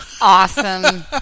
Awesome